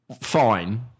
fine